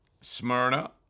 Smyrna